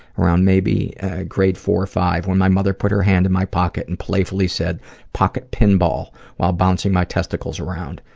around maybe grade four or five, when my mother put her hand in my pocket and playfully said pocket pinball while bouncing my testicles around,